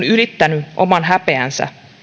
ylittäneet oman häpeänsä